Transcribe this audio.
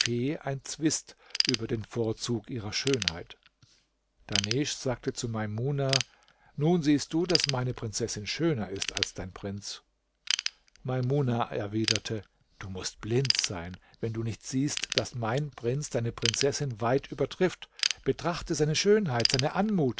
ein zwist über den vorzug ihrer schönheit dahnesch sagte zu maimuna nun siehst du daß meine prinzessin schöner ist als dein prinz maimuna erwiderte du mußt blind sein wenn du nicht siehst daß mein prinz deine prinzessin weit übertrifft betrachte seine schönheit seine anmut